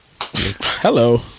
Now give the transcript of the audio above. Hello